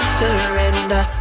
surrender